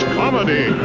comedy